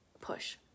push